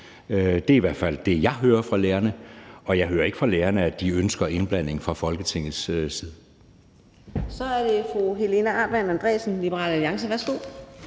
Det er i hvert fald det, jeg hører fra lærerne, og jeg hører ikke fra lærerne, at de ønsker indblanding fra Folketingets side. Kl. 16:18 Fjerde næstformand (Karina Adsbøl): Så er det fru Helena Artmann Andresen, Liberal Alliance. Værsgo.